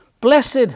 Blessed